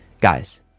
Guys